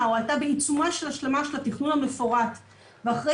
או הייתה בעיצומו של השלמת התכנון המפורט ואחרי